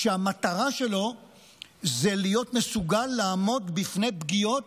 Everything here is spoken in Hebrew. שהמטרה שלו היא להיות מסוגל לעמוד בפני פגיעות,